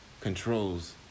controls